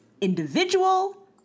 individual